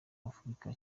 afurika